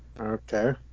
Okay